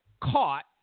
caught